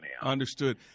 Understood